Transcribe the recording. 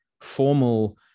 formal